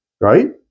Right